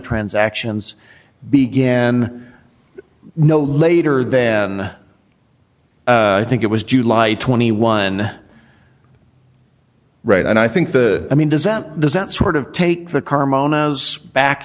transactions began no later than i think it was july twenty one right and i think the i mean does that does that sort of take the